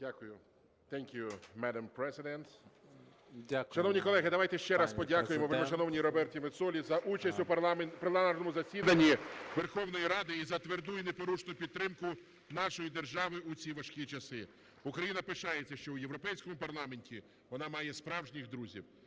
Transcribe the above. Дякуємо, пані Президент. Шановні колеги, давайте ще раз подякуємо вельмишановній Роберті Мецолі за участь у пленарному засіданні Верховної Ради і за тверду, і непорушну підтримку нашої держави у ці важкі часи. Україна пишається, що в Європейському парламенті вона має справжніх друзів.